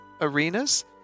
arenas